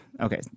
okay